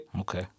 Okay